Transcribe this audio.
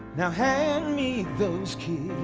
now hand me those keys.